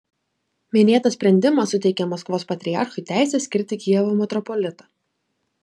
minėtas sprendimas suteikė maskvos patriarchui teisę skirti kijevo metropolitą